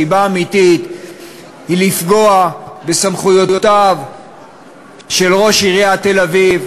הסיבה האמיתית היא לפגוע בסמכויותיו של ראש עיריית תל-אביב,